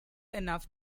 enough